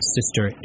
Sister